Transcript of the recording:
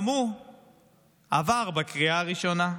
גם הוא עבר בקריאה הראשונה.